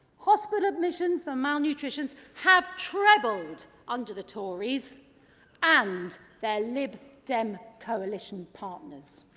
hospital admissions for malnutrition has trebled under the tories and their lib dem coalition partners